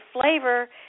flavor